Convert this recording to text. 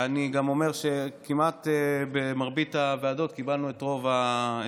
אני גם אומר שבמרבית הוועדות קיבלנו את רוב השמות.